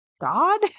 God